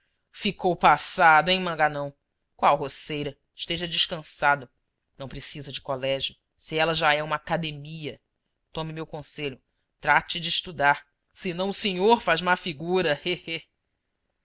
ficou passado hein maganão qual roceira esteja descansado não precisa de colégio se ela já é uma academia tome meu conselho trate de estudar senão o senhor faz má figura